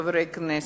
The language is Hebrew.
וחברי הכנסת,